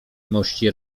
mości